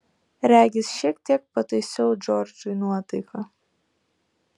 regis šiek tiek pataisiau džordžui nuotaiką